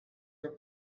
your